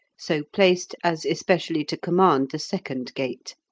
so placed as especially to command the second gate.